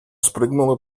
спрыгнула